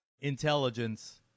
intelligence